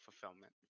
fulfillment